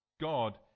God